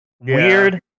Weird